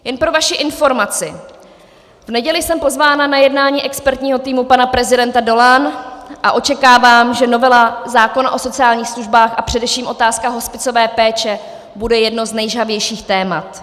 Jen pro vaši informaci, v neděli jsem pozvána na jednání expertního týmu pana prezidenta do Lán a očekávám, že novela zákona o sociálních službách a především otázka hospicové péče bude jedno z nejžhavějších témat.